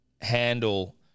handle